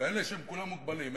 כאלה שהם כולם מוגבלים.